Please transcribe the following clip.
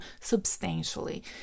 substantially